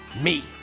me.